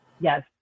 Yes